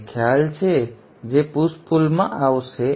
તેથી તે ખ્યાલ છે જે પુશ પુલમાં આવશે